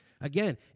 Again